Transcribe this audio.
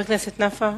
חבר הכנסת נפאע.